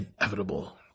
inevitable